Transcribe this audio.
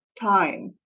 time